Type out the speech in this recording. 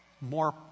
more